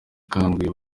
akanguhe